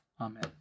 Amen